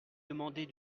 demandé